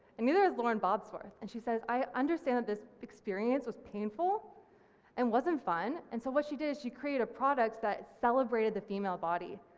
and neither has lauren bosworth. and she says i understand that this experience was painful and wasn't fun and so what she did is she created a product that celebrated the female body,